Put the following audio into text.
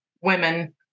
women